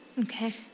Okay